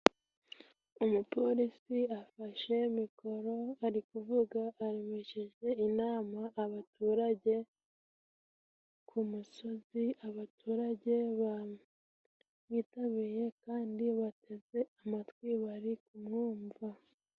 Umupolisi afashe mikoro ari kuvuga, aremeshe inama abaturage ku musozi, abaturage bamwitabiye kandi bateze amatwi, bari kumwumva.